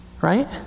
Right